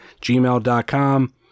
gmail.com